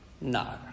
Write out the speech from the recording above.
No